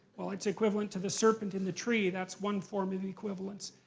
well, it's equivalent to the serpent in the tree, that's one form of equivalence.